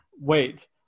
wait